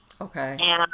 Okay